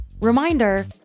Reminder